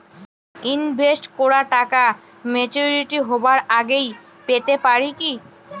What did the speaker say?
Invest করা টাকা maturity হবার আগেই পেতে পারি কি?